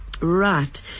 Right